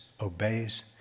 obeys